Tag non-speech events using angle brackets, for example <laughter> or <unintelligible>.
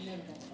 <unintelligible>